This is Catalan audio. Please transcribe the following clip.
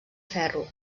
ferro